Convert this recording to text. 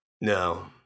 No